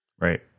Right